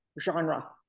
genre